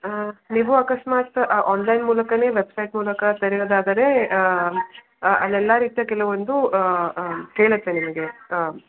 ನೀವು ಅಕಸ್ಮಾತ್ ಆನ್ಲೈನ್ ಮೂಲಕವೇ ವೆಬ್ಸೈಟ್ ಮೂಲಕ ತೆರೆಯುವುದಾದರೆ ಅಲ್ಲೆಲ್ಲ ರೀತಿಯ ಕೆಲವೊಂದು ಕೇಳತ್ತೆ ನಿಮಗೆ